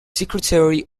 secretary